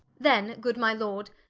then good my lord,